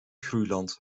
groeiland